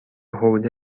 حوله